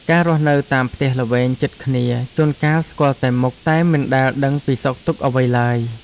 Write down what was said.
ការរស់នៅតាមផ្ទះល្វែងជិតគ្នាជួនកាលស្គាល់តែមុខតែមិនដែលដឹងពីសុខទុក្ខអ្វីឡើយ។